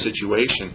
situation